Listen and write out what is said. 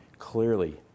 clearly